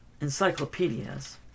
encyclopedias